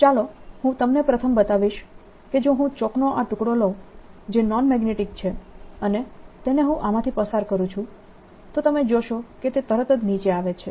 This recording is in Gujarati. ચાલો હું તમને પ્રથમ બતાવીશ કે જો હું ચોકનો આ ટુકડો લઉં જે નોન મેગ્નેટિક છે અને તેને હું આમાંથી પસાર કરું છું તો તમે જોશો કે તે તરત જ નીચે આવે છે